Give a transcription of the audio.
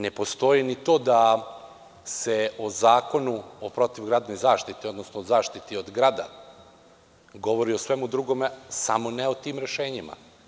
Ne postoji ni to da se o Zakonu o protivgradnoj zaštiti, odnosno o zaštiti od grada, govori o svemu drugome samo ne o tim rešenjima.